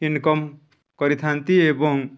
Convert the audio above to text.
income କରିଥାନ୍ତି ଏବଂ